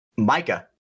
Micah